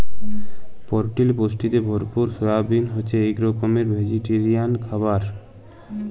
পরটিল পুষ্টিতে ভরপুর সয়াবিল হছে ইক রকমের ভেজিটেরিয়াল খাবার